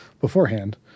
beforehand